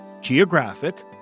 Geographic